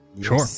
Sure